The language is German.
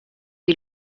die